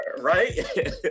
right